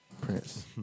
Prince